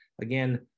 Again